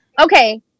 okay